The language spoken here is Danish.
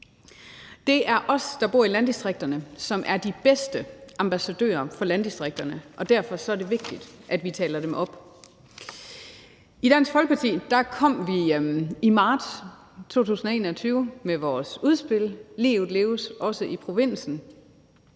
Det er os, der bor i landdistrikterne, som er de bedste ambassadører for landdistrikterne, og derfor er det vigtigt, at vi taler dem op. I Dansk Folkeparti kom vi i marts 2021 med vores udspil »Livet leves også i provinsen«,